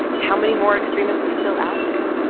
how many more extremists are still out there?